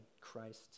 Christ